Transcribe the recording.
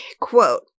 quote